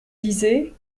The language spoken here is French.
disais